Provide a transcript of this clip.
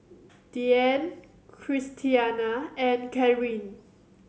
Deanne Christiana and Cathryn